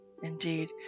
Indeed